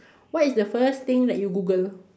what is the first thing that you Google